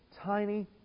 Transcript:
tiny